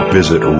Visit